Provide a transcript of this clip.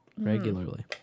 regularly